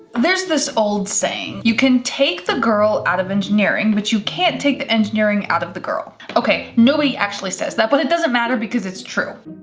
there's this old saying, you can take the girl out of engineering, but you can't take the engineering out of the girl. okay, nobody actually says that, but it doesn't matter because it's true.